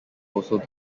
also